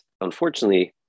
unfortunately